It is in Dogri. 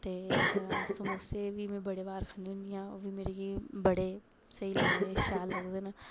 ते समोसे मि बड़े बार खन्नी होनी आं ओह् बी मतलब ओह् बी मि बड़े स्हेई लगदे शैल लगदे न